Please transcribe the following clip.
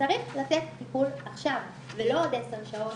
צריך לתת טיפול עכשיו ולא עוד עשר שעות.